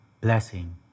blessing